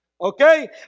Okay